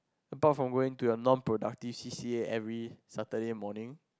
apart from going to your non productive C_C_A every Saturday morning